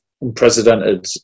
unprecedented